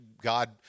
God